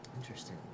Interesting